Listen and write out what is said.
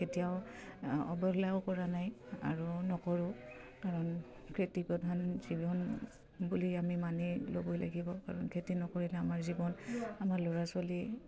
কেতিয়াও অৱহেলাও কৰা নাই আৰু নকৰোঁ কাৰণ খেতি প্ৰধান জীৱন বুলি আমি মানি ল'বই লাগিব কাৰণ খেতি নকৰিলে আমাৰ জীৱন আমাৰ ল'ৰা ছোৱালী